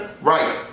Right